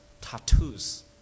tattoos